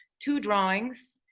two drawings